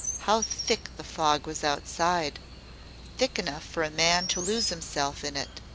how thick the fog was outside thick enough for a man to lose himself in it.